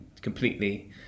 completely